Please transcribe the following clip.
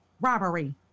robbery